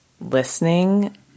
listening